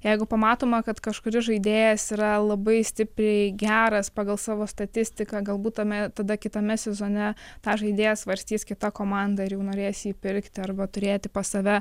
jeigu pamatoma kad kažkuris žaidėjas yra labai stipriai geras pagal savo statistiką galbūt tame tada kitame sezone tą žaidėją svarstys kita komanda ir jau norės jį pirkti arba turėti pas save